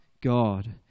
God